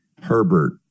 Herbert